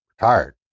Retired